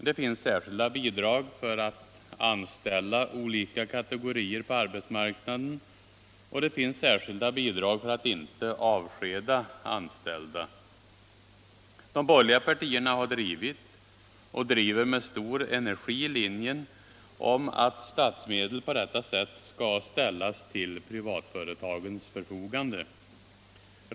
Det finns särskilda bidrag för att anställa olika kategorier på arbetsmarknaden, och det finns särskilda bidrag för att inte avskeda anställda. De borgerliga partierna har drivit och driver med stor energi linjen om att statsmedel på detta sätt skall ställas till privatföretagens förfogande.